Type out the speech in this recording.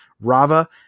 Rava